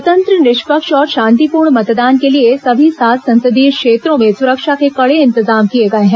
स्वतंत्र निष्पक्ष और शांतिपूर्ण मतदान के लिए सभी सात संसदीय क्षेत्रों में सुरक्षा के कड़े इंतजाम किए गए हैं